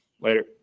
Later